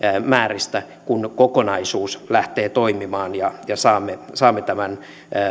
määristä kun kokonaisuus lähtee toimimaan ja saamme saamme tämän